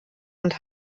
und